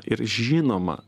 ir žinoma